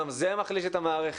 גם זה מחליש את המערכת.